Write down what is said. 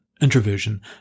introversion